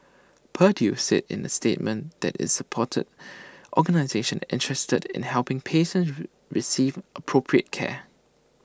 purdue said in A statement that IT supported organisations interested in helping patients rule receive appropriate care